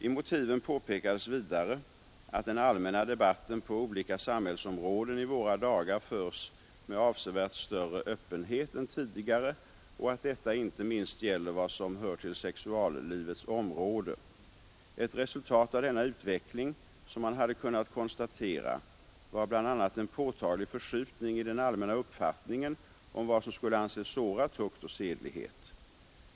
I motiven påpekades vidare att den allmänna debatten på olika samhällsområden i våra dagar förs med avsevärt större öppenhet än tidigare och att detta inte minst gäller vad som hör till sexuallivets område, Ett resultat av denna utveckling som man hade kunnat konstatera var bl.a. en påtaglig förskjutning i den allmänna uppfattningen om vad som skulle anses såra tukt och sedlighet.